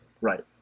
Right